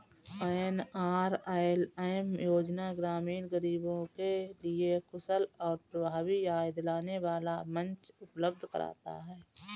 NRLM योजना ग्रामीण गरीबों के लिए कुशल और प्रभावी आय दिलाने वाला मंच उपलब्ध कराता है